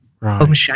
right